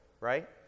right